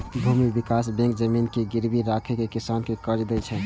भूमि विकास बैंक जमीन के गिरवी राखि कें किसान कें कर्ज दै छै